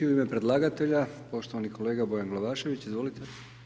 U ime predlagatelja, poštovani kolega Bojan Glavašević, izvolite.